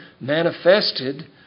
manifested